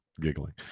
giggling